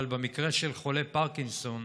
אבל במקרה של חולי פרקינסון,